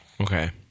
Okay